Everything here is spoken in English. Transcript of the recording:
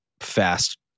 fast